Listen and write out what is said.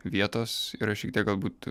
vietos yra šiek tiek galbūt